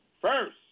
first